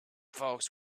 folks